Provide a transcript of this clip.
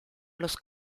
los